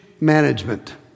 management